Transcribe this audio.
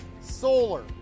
solar